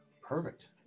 perfect